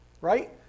right